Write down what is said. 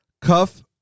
Cuff